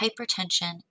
hypertension